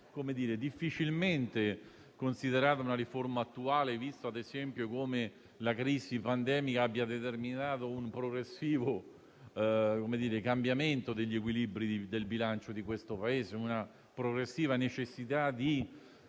difficilmente considerata una riforma attuale, anche considerato che la crisi pandemica ha determinato un progressivo cambiamento degli equilibri del bilancio di questo Paese facendo emergere la necessità di